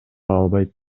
албайт